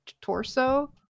torso